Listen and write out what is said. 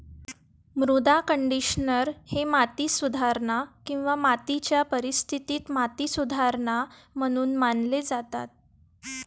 मृदा कंडिशनर हे माती सुधारणा किंवा मातीच्या परिस्थितीत माती सुधारणा म्हणून मानले जातात